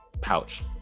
pouch